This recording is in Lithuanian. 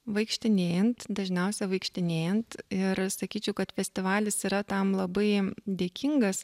vaikštinėjant dažniausia vaikštinėjant ir sakyčiau kad festivalis yra tam labai dėkingas